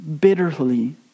bitterly